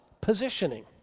positioning